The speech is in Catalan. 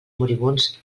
moribunds